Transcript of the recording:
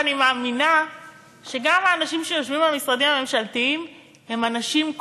ואני מאמינה שגם האנשים שיושבים במשרדים הממשלתיים הם אנשים,